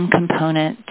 component